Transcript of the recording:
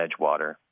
Edgewater